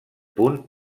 punt